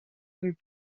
and